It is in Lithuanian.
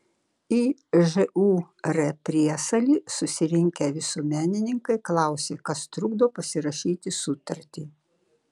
į žūr priesalį susirinkę visuomenininkai klausė kas trukdo pasirašyti sutartį